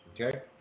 Okay